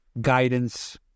guidance